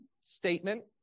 statement